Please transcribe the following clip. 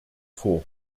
vor